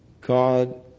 God